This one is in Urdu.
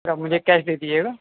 سر آپ مجھے کیش دے دیجیے گا